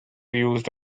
used